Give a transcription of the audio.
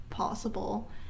possible